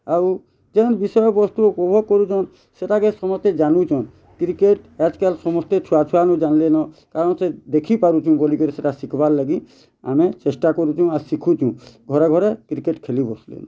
ଆଉ ଯେନ୍ ବିଷୟ ବସ୍ତୁ ଉପଭୋଗ କରୁଚନ୍ ସେଟାକେ ସମସ୍ତେ ଜାନୁଚନ୍ କ୍ରିକେଟ୍ ଆଜ୍ କାଲ୍ ସମସ୍ତେ ଛୁଆ ଛୁଆ ନ୍ ଜାଲେନ୍ କାରଣ ସେ ଦେଖି ପାରୁଛୁ ବୋଲି କରି ସେଇଟା ଶିଖ୍ ବା ଲାଗି ଆମେ ଚେଷ୍ଟା କରୁଚୁଁ ଆ ଶିଖୁଚୁଁ ଘରେ ଘରେ କ୍ରିକେଟ୍ ଖେଲି ବସିଲେନ୍